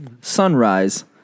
Sunrise